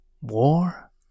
War